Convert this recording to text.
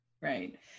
Right